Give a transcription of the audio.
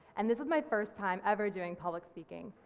and this is my first time ever doing public speaking.